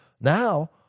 now